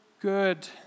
good